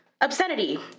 Obscenity